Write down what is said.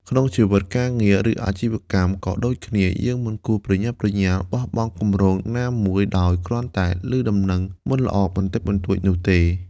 ក្នុងជីវិតការងារ ឬអាជីវកម្មក៏ដូចគ្នា យើងមិនគួរប្រញាប់ប្រញាល់បោះបង់គម្រោងណាមួយ ដោយគ្រាន់តែឮដំណឹងមិនល្អបន្តិចបន្តួចនោះទេ។